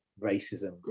racism